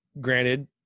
granted